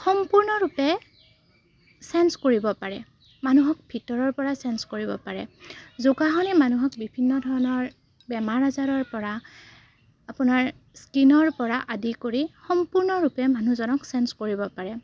সম্পূৰ্ণৰূপে চেঞ্চ কৰিব পাৰে মানুহক ভিতৰৰপৰা চেঞ্চ কৰিব পাৰে যোগাসনে মানুহক বিভিন্ন ধৰণৰ বেমাৰ আজাৰৰপৰা আপোনাৰ স্কিনৰপৰা আদি কৰি সম্পূৰ্ণৰূপে মানুহজনক চেঞ্চ কৰিব পাৰে